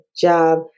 job